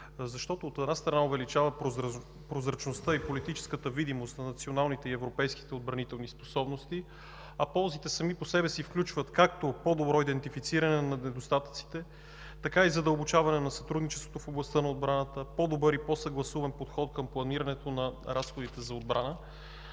защото, от една страна, увеличава прозрачността и политическата видимост на националните и европейските отбранителни способности. Ползите сами по себе си включват както по-добро идентифициране на недостатъците, така и задълбочаване на сътрудничеството в областта на отбраната, по-добър и по-съгласуван подход към планирането на разходите за отбрана.